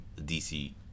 DC